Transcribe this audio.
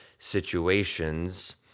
situations